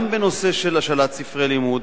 גם בנושא של השאלת ספרי לימוד,